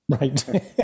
Right